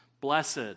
Blessed